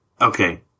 Okay